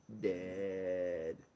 Dead